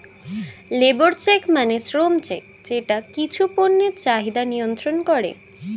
labour check মানে শ্রম check যেটা কিছু পণ্যের চাহিদা নিয়ন্ত্রন করে